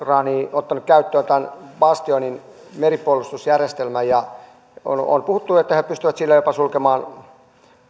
ottanut käyttöön tämän bastionin meripuolustusjärjestelmän ja on puhuttu että he he pystyvät sillä jopa sulkemaan